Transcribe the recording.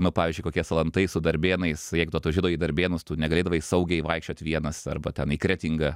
nu pavyzdžiui kokie salantai su darbėnais jeigu tu atvažiuodavai į darbėnus tu negalėdavai saugiai vaikščiot vienas arba ten į kretingą